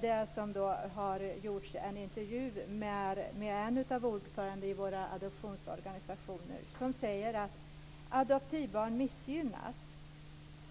Det har gjorts en intervju med en av ordförandena i våra adoptionsorganisationer som säger att adoptivbarn missgynnas.